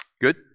good